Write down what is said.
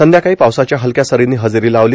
संध्याकाळी पावसाच्या हलक्यासरींनी हजेरी लावली